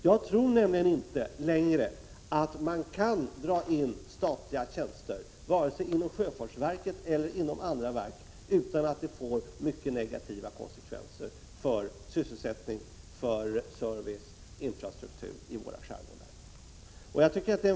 Jag tror nämligen att man inte längre kan dra in statliga tjänster, vare sig inom sjöfartsverket eller andra verk, utan att det får mycket negativa konsekvenser för sysselsättning, service och infrastruktur i våra skärgårdar.